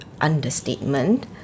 understatement